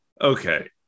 Okay